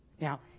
Now